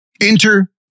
Enter